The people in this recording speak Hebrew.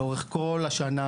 לאורך כל השנה,